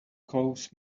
close